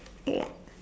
ya